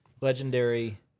legendary